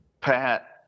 Pat